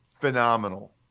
phenomenal